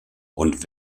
und